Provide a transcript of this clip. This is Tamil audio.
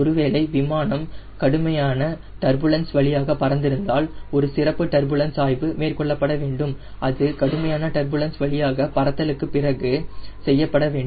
ஒரு வேளை விமானம் கடுமையான டர்புலன்ஸ் வழியாக பறந்திருந்தால் ஒரு சிறப்பு டர்புலன்ஸ் ஆய்வு மேற்கொள்ளப்பட வேண்டும் அது கடுமையான டர்புலன்ஸ் வழியான பறத்தலுக்கு பிறகு செய்யப்பட வேண்டும்